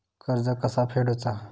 कर्ज कसा फेडुचा?